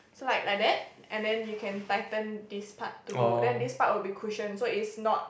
so like like that and then you can tighten this part to go then this part will be cushion so it's not